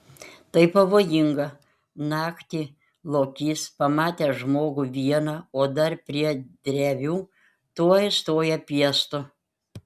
tai pavojinga naktį lokys pamatęs žmogų vieną o dar prie drevių tuoj stoja piestu